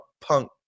punk